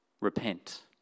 Repent